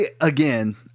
again